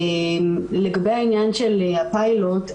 לגבי העניין של הפיילוט,